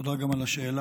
תודה גם על השאלה.